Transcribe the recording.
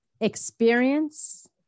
Experience